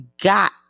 got